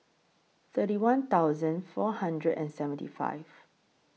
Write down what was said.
thirty one thousand four hundred and seventy five